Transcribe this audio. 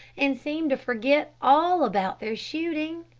and seemed to forget all about their shooting.